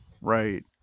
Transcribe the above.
Right